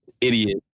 Idiot